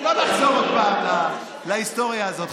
לא נחזור עוד פעם להיסטוריה הזאת.